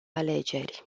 alegeri